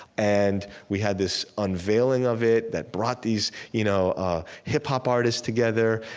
and we had this unveiling of it that brought these you know ah hip-hop artists together.